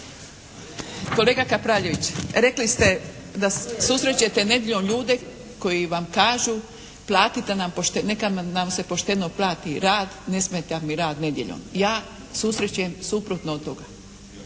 Kolega Kapraljević rekli ste da susrećete nedjeljom ljude koji vam kažu platite nam, neka nam se pošteno plati rad, ne smeta mi rad nedjeljom. Ja susrećem suprotno od toga.